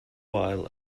wael